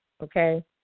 Okay